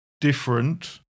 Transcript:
different